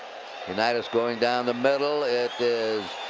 unitas going down the middle. it is.